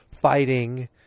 fighting